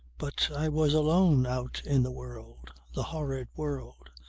but i was alone out in the world, the horrid world,